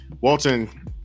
Walton